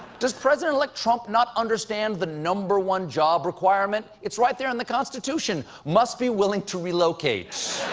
does president-elect trump not understand the number one job requirement? it's right there in the constitution, must be willing to relocate.